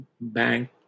bank